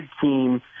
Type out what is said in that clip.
team